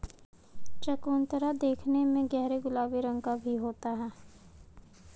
चकोतरा देखने में गहरे गुलाबी रंग का भी होता है